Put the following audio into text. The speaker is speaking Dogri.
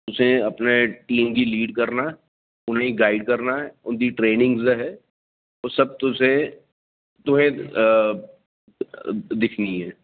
तुसें अपनी टीम गी लीड करना उ'नेंगी गाइड करना उं'दी ट्रेनिंग्ज़ ऐ ओह् सब तुसें दिक्खनी ऐ